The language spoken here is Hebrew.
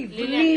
מבנים,